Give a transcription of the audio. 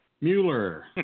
Mueller